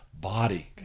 body